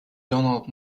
donald